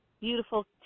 beautiful